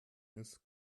ist